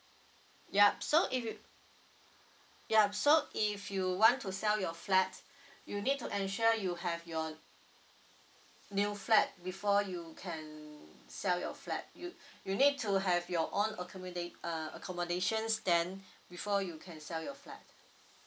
yup so if you yup so if you want to sell your flat you need to ensure you have your new flat before you can sell your flat you you need to have your own accommodat~ uh accommodations then before you can sell your flat